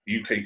UK